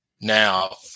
Now